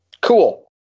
Cool